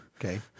Okay